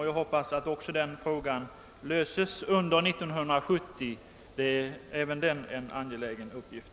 Jag hoppas att också den löses under år 1970. även den är en angelägen uppgift.